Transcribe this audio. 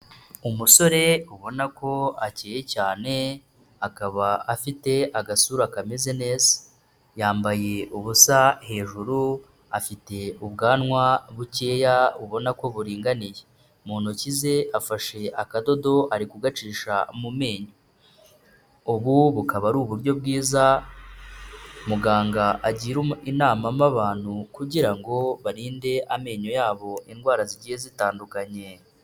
Umusore ubona ko akeye cyane, akaba afite agasura kameze neza, yambaye ubusa hejuru, afite ubwanwa bukeya ubona ko buringaniye, mu ntoki ze afashe akadodo ari kugacisha mu menyo, ubu bukaba ari uburyo bwiza muganga agira inama mo abantu kugira ngo barinde amenyo yabo indwara zigiye zitandukanye.